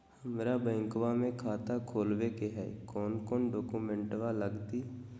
हमरा बैंकवा मे खाता खोलाबे के हई कौन कौन डॉक्यूमेंटवा लगती?